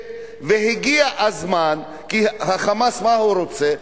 והגיע הזמן, כי ה"חמאס", מה הוא רוצה?